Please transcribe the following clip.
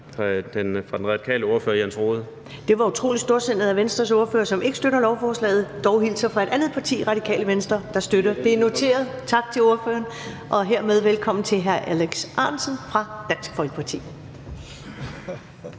(Karen Ellemann): Det var jo utrolig storsindet, at Venstres ordfører, som ikke støtter lovforslaget, dog hilser fra et andet parti, Radikale Venstre, der støtter det. Det er noteret. Tak til ordføreren, og hermed velkommen til hr. Alex Ahrendtsen fra Dansk Folkeparti.